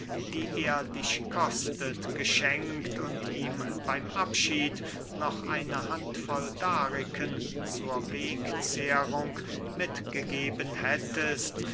die er dich kostet geschenkt und ihm beym abschied noch eine hand voll dariken zur wegzehrung mitgegeben hättest